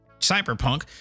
Cyberpunk